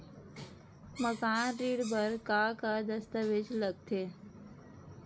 मकान ऋण बर का का दस्तावेज लगथे?